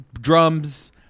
drums